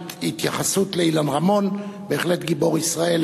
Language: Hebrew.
התייחסות לאילן רמון: בהחלט גיבור ישראל,